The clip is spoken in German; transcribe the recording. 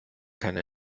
keine